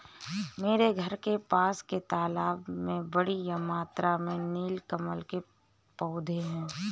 मेरे घर के पास के तालाब में बड़ी मात्रा में नील कमल के पौधें हैं